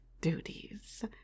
duties